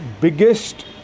biggest